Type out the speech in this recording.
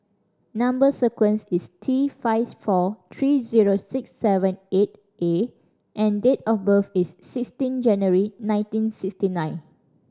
number sequence is T five four three zero six seven eight A and date of birth is sixteen January nineteen sixty nine